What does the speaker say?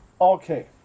Okay